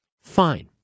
Fine